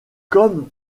comme